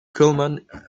cullman